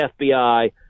FBI